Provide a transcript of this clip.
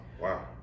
Wow